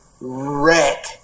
wreck